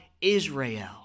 Israel